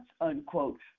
unquote